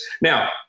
Now